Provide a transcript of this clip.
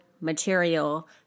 material